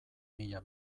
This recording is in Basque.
mila